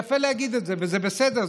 יפה להגיד את זה וזה בסדר,